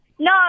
No